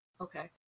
okay